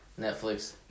Netflix